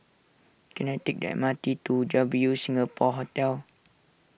can I take the M R T to W Singapore Hotel